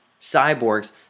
cyborgs